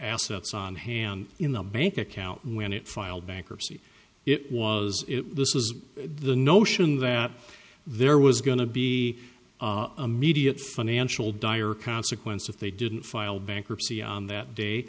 assets on hand in the bank account and when it filed bankruptcy it was this was the notion that there was going to be a media financial dire consequence if they didn't file bankruptcy on that day